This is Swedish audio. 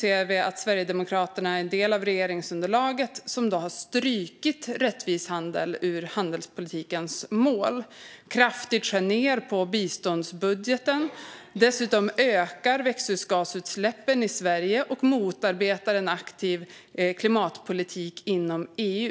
Samtidigt är Sverigedemokraterna en del av regeringsunderlaget som har strukit "rättvis handel" ur handelspolitikens mål. Man skär kraftigt ned i biståndsbudgeten. Dessutom ökar växthusgasutsläppen i Sverige, och man motarbetar en aktiv klimatpolitik inom EU.